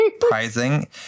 surprising